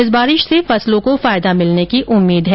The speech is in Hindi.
इस बारिश से फसलों को फायदा मिलने की उम्मीद है